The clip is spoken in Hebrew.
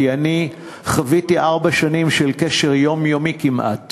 כי אני חוויתי ארבע שנים של קשר יומיומי כמעט